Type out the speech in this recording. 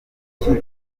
rwahise